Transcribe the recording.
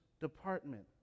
department